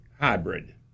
Hybrid